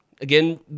Again